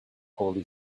holy